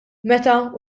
meta